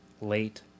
late